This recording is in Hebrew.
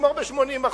נגמור ב-80%.